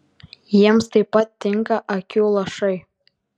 jiems taip pat tinka akių lašai